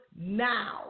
now